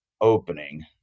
opening